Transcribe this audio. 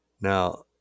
Now